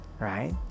right